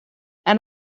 and